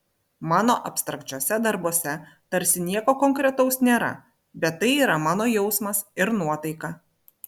mano abstrakčiuose darbuose tarsi nieko konkretaus nėra bet tai yra mano jausmas ir nuotaika